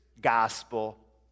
gospel